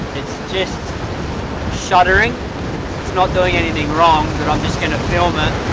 just shuddering it's not doing anything wrong, but i'm just gonna film it